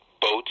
boats